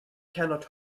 cannot